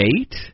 eight